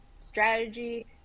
strategy